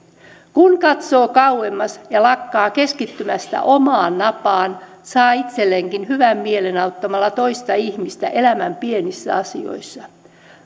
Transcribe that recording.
kun katsoo kauemmas ja lakkaa keskittymästä omaan napaan saa itselleenkin hyvän mielen auttamalla toista ihmistä elämän pienissä asioissa